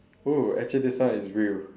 oh actually this one is real